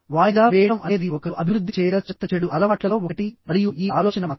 వాయిదా వేయడం అనేది ఒకరు అభివృద్ధి చేయగల చెత్త చెడు అలవాట్లలో ఒకటి మరియు ఈ ఆలోచన మాత్రమే